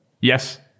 Yes